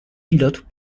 pilote